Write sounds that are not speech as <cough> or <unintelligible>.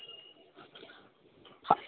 <unintelligible>